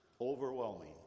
overwhelming